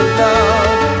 love